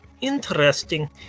Interesting